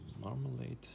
marmalade